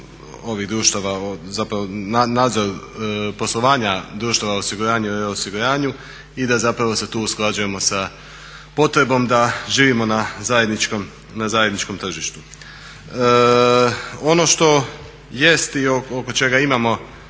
ovih društava, zapravo nadzor poslovanja društava osiguranja, reosiguranju i da zapravo se tu usklađujemo sa potrebom da živimo na zajedničkom tržištu. Ono što jest i oko čega imamo